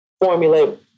formulate